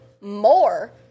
more